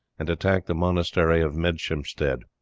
and attacked the monastery of medeshamsted.